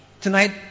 Tonight